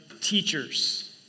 teachers